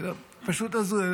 פשוט הזוי.